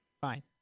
Fine